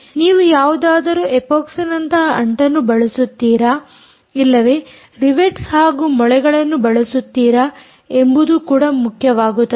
ನೀವು ಯಾವುದಾದರೂ ಎಪೋಕ್ಸಿನಂತಹ ಅಂಟನ್ನು ಬಳಸುತ್ತಿರಾ ಇಲ್ಲವೇ ರಿವೆಟ್ಸ್ ಹಾಗೂ ಮೊಳೆಗಳನ್ನು ಬಳಸುತ್ತಿರಾ ಎಂಬುದು ಕೂಡ ಮುಖ್ಯವಾಗುತ್ತದೆ